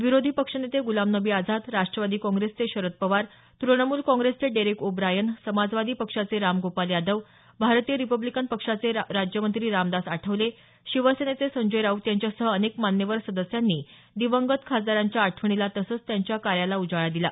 विरोधी पक्षनेते गुलाम नबी आझाद राष्ट्रवादी काँग्रेसचे शरद पवार तृणमूल काँग्रेसचे डेरेक ओ ब्रायन समाजवादी पक्षाचे रामगोपाल यादव भारतीय रिपब्लीनकन पक्षाचे राज्यमंत्री रामदास आठवले शिवसेनेचे संजय राऊत यांच्यासह अनेक मान्यवर सदस्यांनी दिवंगत खासदारांच्या आठवणीला तसंच त्यांच्या कार्याला उजाळा दिला